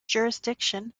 jurisdiction